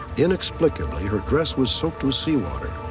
inexplicably, her dress was soaked with seawater.